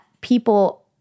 people